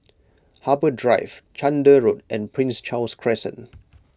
Harbour Drive Chander Road and Prince Charles Crescent